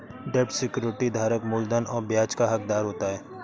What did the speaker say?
डेब्ट सिक्योरिटी धारक मूलधन और ब्याज का हक़दार होता है